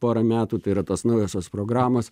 porą metų tai yra tos naujosios programos